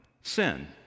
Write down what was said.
sin